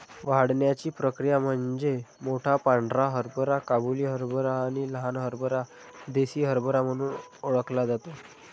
वाढण्याची प्रक्रिया म्हणजे मोठा पांढरा हरभरा काबुली हरभरा आणि लहान हरभरा देसी हरभरा म्हणून ओळखला जातो